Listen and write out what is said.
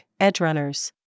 Edgerunners